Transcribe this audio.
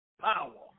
power